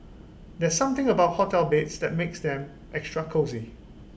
there's something about hotel beds that makes them extra cosy